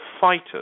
fighters